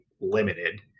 limited